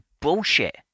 bullshit